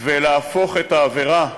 ולהפוך את העבירה,